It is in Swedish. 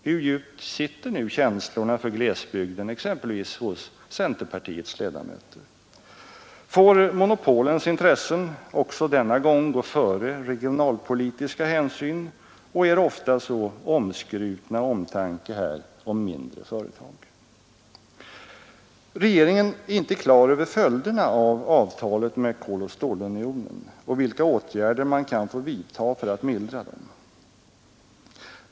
Hur djupt sitter nu känslorna för glesbygden, exempel Får monopolens intressen också denna vis hos centerpartiets ledamöter? gång gå före regionalpolitiska hänsyn och er ofta så omskrutna omtanke om mindre företag? Regeringen är inte klar över följderna av avtalet med Koloch stålunionen och vilka åtgärder man kan få vidta för att mildra dem.